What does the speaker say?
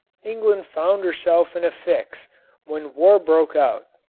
england found herself in a fix when war broke out.